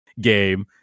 game